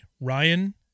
Ryan